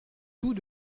tout